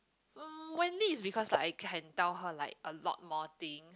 um Wendy it's because like I can tell her like a lot more things